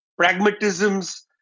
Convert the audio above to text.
pragmatisms